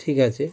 ঠিক আছে